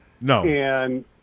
No